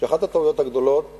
שאחת הטעויות הגדולות היא